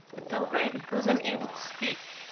but already he was unable to speak.